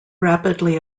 rapidly